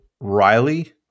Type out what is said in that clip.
Riley